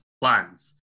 plans